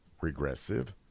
regressive